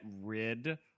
rid